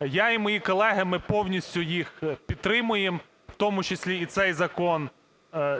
Я і мої колеги, ми повністю їх підтримуємо, в тому числі і цей Закон